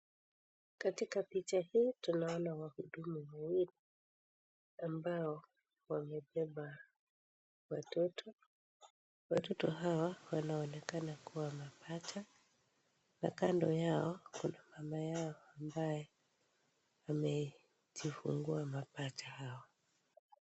Katika picha hii tunaona wahudumu wawili ambao wamebeba watoto, watoto hawa wanaonekana kuwa mapacha na kando yao kuna mama ambaye anaonekana ndiye alijifungua mapacha hawa.